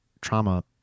trauma